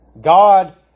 God